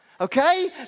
Okay